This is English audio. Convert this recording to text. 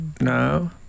no